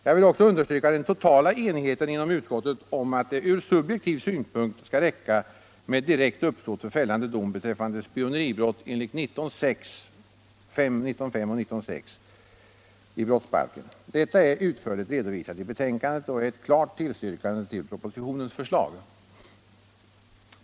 Jag vill också understryka den totala enigheten inom utskottet om att det ur subjektiv synpunkt skall räcka med direkt uppsåt för fällande dom beträffande spioneribrott enligt 19:5 och 6 i brottsbalken. Detta är utförligt redovisat i betänkandet och är ett klart tillstyrkande till oppositionens förslag.